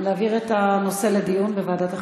ועדת החינוך.